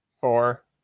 four